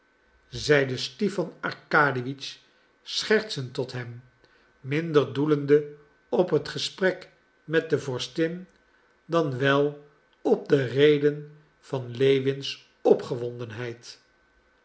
zeide stipan arkadiewitsch schertsend tot hem minder doelende op het gesprek met de vorstin dan wel op de reden van lewins